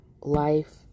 life